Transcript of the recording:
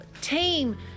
team